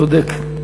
צודק.